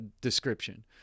description